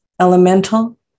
elemental